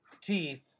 teeth